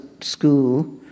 school